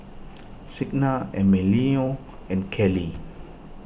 Signa Emilio and Kelli